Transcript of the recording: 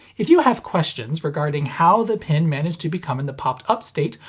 if you have questions regarding how the pin managed to become in the popped up state,